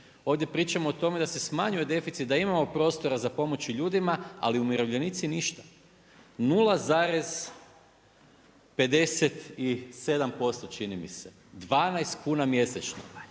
ovdje pričamo o tome da se smanjuje deficit, da imamo prostora za pomoći ljudima ali umirovljenici ništa, 0,57% čini mi se, 12 kuna mjesečno.